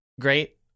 great